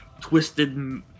twisted